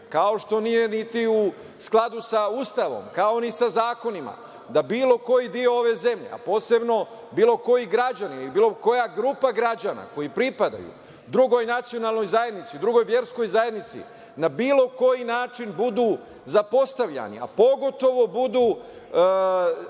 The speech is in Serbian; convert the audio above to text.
kao što nije niti u skladu sa Ustavom, ni sa zakonima, da bilo koji deo ove zemlje, a posebno bilo koji građanin ili bilo koja grupa građana koji pripadaju drugoj nacionalnoj zajednici, drugoj verskoj zajednici na bilo koji način budu zapostavljani, a pogotovo budu